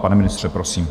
Pane ministře, prosím.